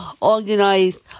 organized